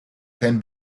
can